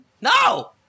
No